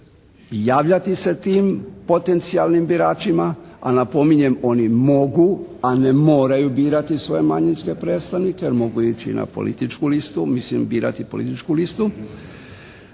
javljati se tim potencijalnim biračima, a napominjem oni mogu, a ne moraju birati svoje manjinske predstavnike, jer mogu ići na političku listu, mislim birati političku listu.